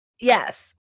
Yes